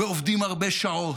ועובדים הרבה שעות,